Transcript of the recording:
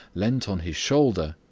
leant on his shoulder,